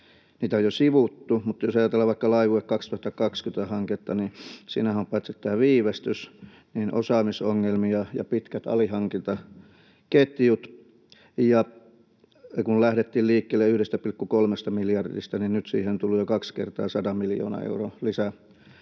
Niitä on jo sivuttu, mutta jos ajatellaan vaikka Laivue 2020 ‑hanketta, niin siinähän on paitsi tämä viivästys niin myös osaamisongelmia ja pitkät alihankintaketjut. Ja kun lähdettiin liikkeelle 1,3 miljardista, nyt siihen on tullut jo kaksi kertaa 100 miljoonan euron